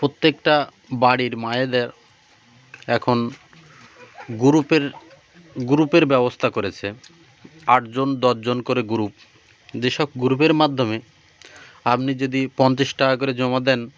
প্রত্যেকটা বাড়ির মায়েদের এখন গুরুপের গ্রুপের ব্যবস্থা করেছে আটজন দশজন করে গ্রুপ যেসব গ্রুপের মাধ্যমে আপনি যদি পঁচিশ টাকা করে জমা দেন